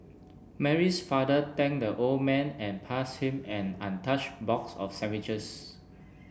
Mary's father thanked the old man and pass him an untouched box of sandwiches